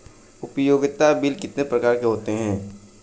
उपयोगिता बिल कितने प्रकार के होते हैं?